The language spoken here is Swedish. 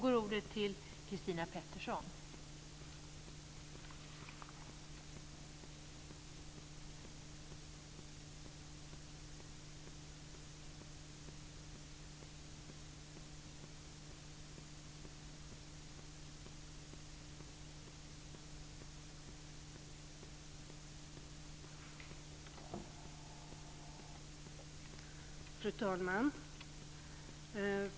Fru talman!